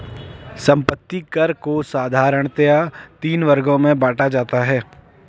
संपत्ति कर को साधारणतया तीन वर्गों में बांटा जाता है